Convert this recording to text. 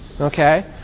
Okay